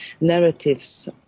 narratives